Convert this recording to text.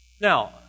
Now